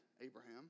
Abraham